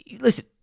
Listen